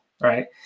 right